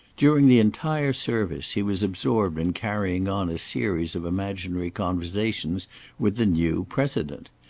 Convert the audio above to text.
during the entire service he was absorbed in carrying on a series of imaginary conversations with the new president.